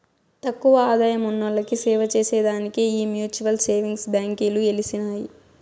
తక్కువ ఆదాయమున్నోల్లకి సేవచేసే దానికే ఈ మ్యూచువల్ సేవింగ్స్ బాంకీలు ఎలిసినాయి